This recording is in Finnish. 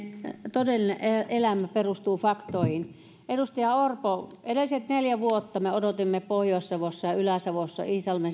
todellinen elämä perustuu faktoihin edustaja orpo edelliset neljä vuotta me odotimme pohjois savossa ja ylä savossa iisalmen